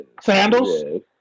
Sandals